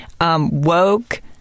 Woke